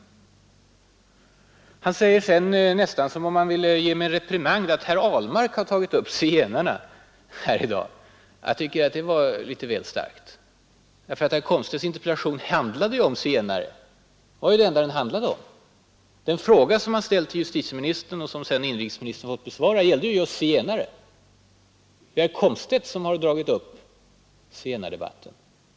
Sedan säger herr Komstedt, nästan som om han ville ge mig en reprimand, att det är jag som har tagit upp zigenarna här i dag! Jag tycker att det var litet väl starkt. Det är ju herr Komstedts interpellation som handlar om zigenare. Det var det enda den handlade om. Den fråga som herr Komstedt ställt till justitieministern och som sedan inrikesministern fått besvara gällde just utomnordiska zigenare. Det är herr Komstedt som nu dragit upp zigenardebatten.